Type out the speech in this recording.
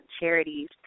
charities